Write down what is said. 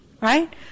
right